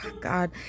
God